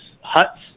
huts